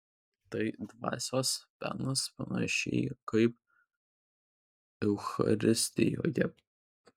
tai dvasios penas panašiai kaip eucharistijoje